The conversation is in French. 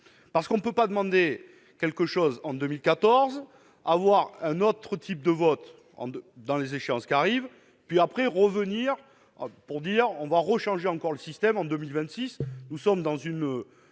parce qu'on ne peut pas demander quelque chose en 2014, avoir un autre type de vote en and dans les échéances qui arrivent, puis après, revenir pour dire on va rechanger encore le système en 2026 nous sommes dans une